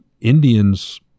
Indians